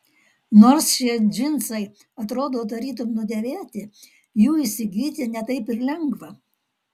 nors šie džinsai atrodo tarytum nudėvėti jų įsigyti ne taip ir lengva